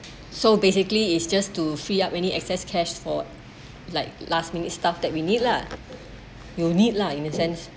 so basically is just to free up any excess cash for like last minute stuff that we need lah you'll need lah in a sense